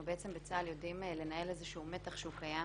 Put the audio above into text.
בצה"ל אנחנו יודעים היום לנהל מתח שקיים